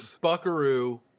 Buckaroo